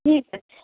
ঠিক আছে